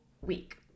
week